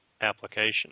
application